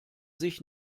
sich